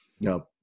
No